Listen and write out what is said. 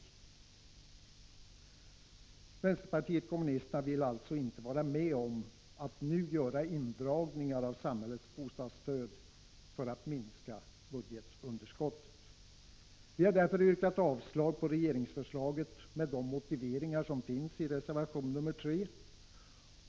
Vi i vänsterpartiet kommunisterna vill alltså inte nu vara med om att göra indragningar av samhällets bostadsstöd för att minska budgetunderskottet. Vi har därför yrkat avslag på regeringsförslaget med hänvisning till de motiveringar som finns i reservation nr 3.